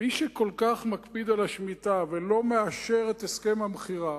מי שכל כך מקפיד על השמיטה ולא מאשר את הסכם המכירה,